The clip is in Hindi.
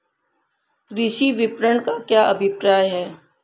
कृषि विपणन का क्या अभिप्राय है?